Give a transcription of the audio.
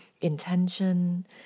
intention